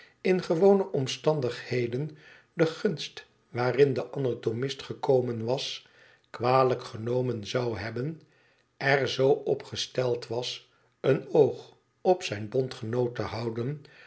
in gewone omstandigheden de gunst waarin de anatomist gekomen was kwalijk genomen zou hebben er zoo op gesteld was een oog op zijn bondgenoot te houden